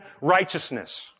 righteousness